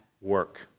work